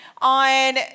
on